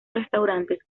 restaurantes